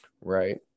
Right